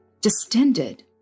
distended